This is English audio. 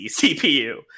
CPU